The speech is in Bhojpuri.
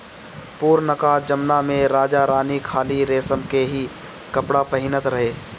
पुरनका जमना में राजा रानी खाली रेशम के ही कपड़ा पहिनत रहे